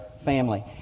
family